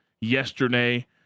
yesterday